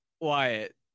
Wyatt